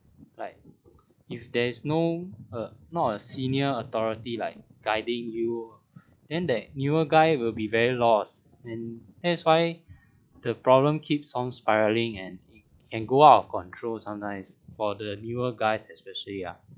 like if there is no err not a senior authority like guiding you then that newer guy will be very lost and that's why the problem keeps on spiraling and and it can go out of control sometimes for the newer guys especially ah